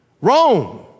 Rome